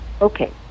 okay